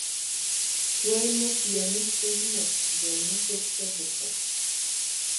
tuoj mus jomis užmuš dėl nusiaubto buto